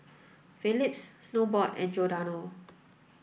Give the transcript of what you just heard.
Philips Snowbrand and Giordano